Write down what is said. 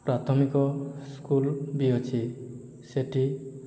ପ୍ରାଥମିକ ସ୍କୁଲ ବି ଅଛି ସେ'ଠି